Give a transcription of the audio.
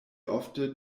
ofte